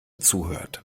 zuhört